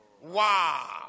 Wow